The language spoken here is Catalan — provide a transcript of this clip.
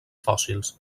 fòssils